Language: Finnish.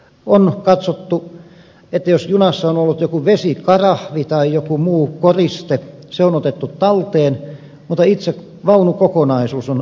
on katsottu että jos junassa on ollut joku vesikarahvi tai joku muu koriste se on otettu talteen mutta itse vaunukokonaisuus on kadonnut